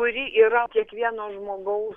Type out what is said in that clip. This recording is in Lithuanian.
kuri yra kiekvieno žmogaus